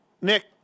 Nick